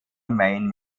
maine